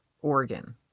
organ